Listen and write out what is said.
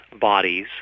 bodies